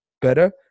better